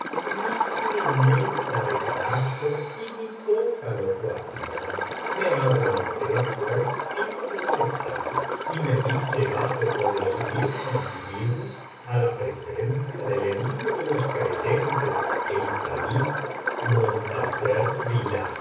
mi firmeza de carácter y mi poca locuacidad me aguanté pues sin protestar y me vi llevado con los diez individuos á la presencia del emir de los creyentes el califa montasser billah